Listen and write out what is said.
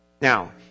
Now